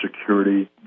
security